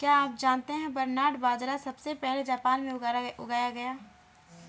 क्या आप जानते है बरनार्ड बाजरा सबसे पहले जापान में उगाया गया